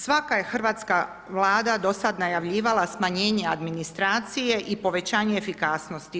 Svaka je hrvatska Vlada do sad najavljivala smanjenje administracije i povećanje efikasnosti.